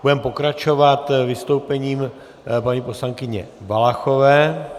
Budeme pokračovat vystoupením paní poslankyně Valachové.